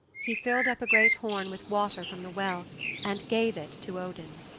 he filled up a great horn with water from the well and gave it to odin.